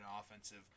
offensive